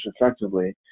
effectively